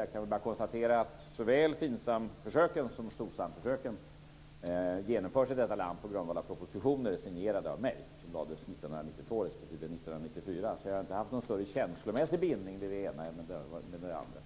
Jag kan bara konstatera att såväl Finsamförsöken som Socsamförsöken genomförs i detta land på grundval av propositioner signerade av mig som lades 1992 respektive 1994. Jag har inte haft någon större känslomässig bindning till det ena eller det andra.